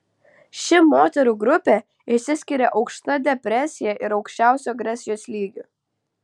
ši moterų grupė išsiskiria aukšta depresija ir aukščiausiu agresijos lygiu